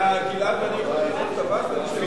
גלעד ואני יכולים לאכול את הוופל שהוא השאיר?